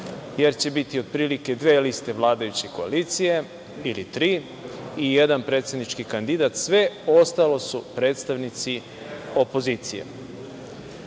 jer će biti, otprilike dve liste vladajuće koalicije, ili tri i jedan predsednički kandidat, sve ostalo su predstavnici opozicije. Ali,